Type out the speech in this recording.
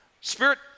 Spirit